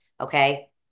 Okay